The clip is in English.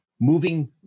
Moving